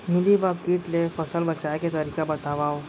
Mealybug kit ले फसल बचाए के तरीका बतावव?